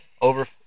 Over